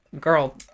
girl